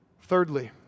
Thirdly